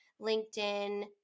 LinkedIn